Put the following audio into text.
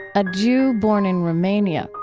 a jew born in romania,